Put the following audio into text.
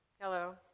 Hello